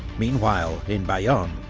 meanwhile in bayonne,